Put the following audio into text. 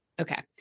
Okay